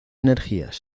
energías